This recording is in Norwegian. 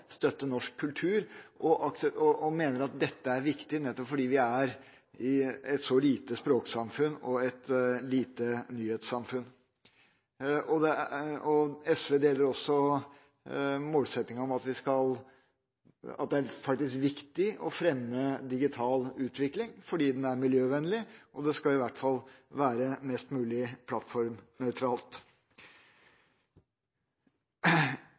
og norsk kultur. Vi mener at dette er viktig fordi vi er et lite språksamfunn og et lite nyhetssamfunn. SV deler også målsettinga om at vi skal fremme digital utvikling – det er viktig fordi det er miljøvennlig. Og det skal i hvert fall være mest mulig plattformnøytralt.